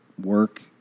work